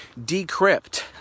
decrypt